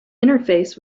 interface